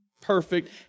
perfect